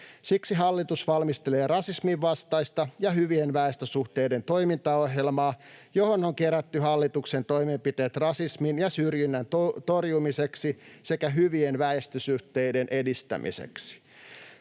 Siksi hallitus valmistelee rasismin vastaista ja hyvien väestösuhteiden toimintaohjelmaa, johon on kerätty hallituksen toimenpiteet rasismin ja syrjinnän torjumiseksi sekä hyvien väestösuhteiden edistämiseksi.